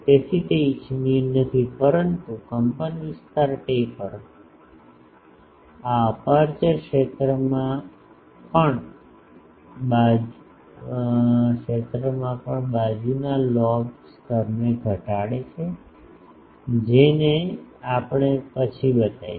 તેથી તે ઇચ્છનીય નથી પરંતુ કંપનવિસ્તાર ટેપર આ અપેર્ચર ક્ષેત્રમાં પણ બાજુના લોબ સ્તરને ઘટાડે છે જેને આપણે પછી બતાવીશું